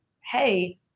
hey